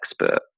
expert